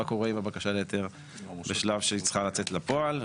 מה קורה עם הבקשה להיתר בשלב שצריך לצאת לפועל.